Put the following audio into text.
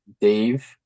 dave